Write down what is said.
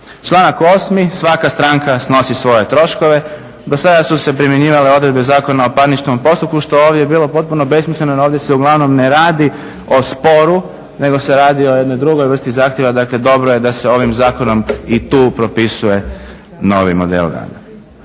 Članak 8. svaka stranka snosi svoje troškove. Dosada su se primjenjivale odredbe Zakona o parničnom postupku što je ovdje bilo potpuno besmisleno no ovdje se uglavnom ne radi o sporu nego se radi o jednoj drugoj vrsti zahtjeva. Dakle, dobro je da se ovim zakonom i tu propisuje novi model rada.